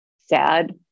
sad